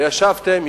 וישבתם,